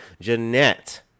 Jeanette